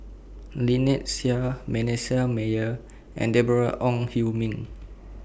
Lynnette Seah Manasseh Meyer and Deborah Ong Hui Min